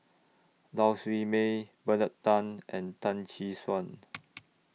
Lau Siew Mei Bernard Tan and Tan Tee Suan